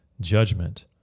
judgment